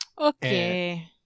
Okay